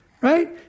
Right